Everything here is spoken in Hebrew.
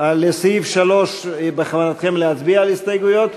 סעיף 3, בכוונתכם להצביע על הסתייגויות?